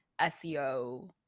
SEO